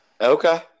Okay